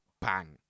bang